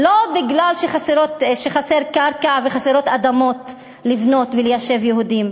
לא בגלל שחסרה קרקע וחסרות אדמות לבנות וליישב יהודים,